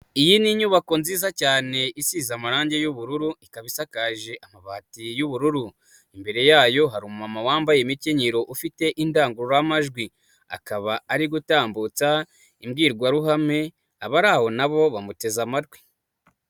Iyi ni inyubako nziza cyane isize amarange y'ubururu, ikaba isakaje amabati y'ubururu, imbere yayo hari umumama wambaye imikenyero ufite indangururamajwi, akaba ari gutambutsa imbwirwaruhame, abari aho na bo bamuteze amatwi.